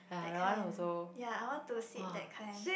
that kind ya I want to sit that kind